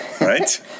Right